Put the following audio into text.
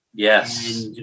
Yes